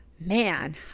Man